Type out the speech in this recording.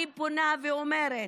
אני פונה ואומרת: